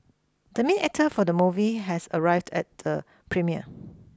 the main actor for the movie has arrived at the premiere